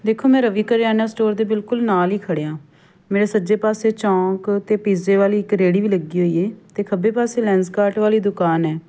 ਦੇਖੋ ਮੈਂ ਰਵੀ ਕਰਿਆਨਾ ਸਟੋਰ ਦੇ ਬਿਲਕੁਲ ਨਾਲ ਹੀ ਖੜ੍ਹੀ ਹਾਂ ਮੇਰੇ ਸੱਜੇ ਪਾਸੇ ਚੌਂਕ 'ਤੇ ਪੀਜੇ ਵਾਲੀ ਇੱਕ ਰੇਹੜੀ ਵੀ ਲੱਗੀ ਹੋਈ ਹੈ ਅਤੇ ਖੱਬੇ ਪਾਸੇ ਲੈਂਸਕਾਟ ਵਾਲੀ ਦੁਕਾਨ ਹੈੈੈ